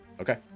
okay